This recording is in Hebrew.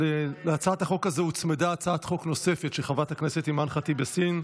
להצעת החוק הזאת הוצמדה הצעת חוק של חברת הכנסת אימאן ח'טיב יאסין,